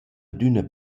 adüna